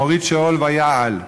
מוריד שאול ויעל.